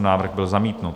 Návrh byl zamítnut.